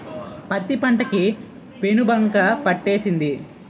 పత్తి పంట కి పేనుబంక పట్టేసింది